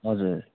हजुर